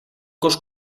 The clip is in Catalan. cos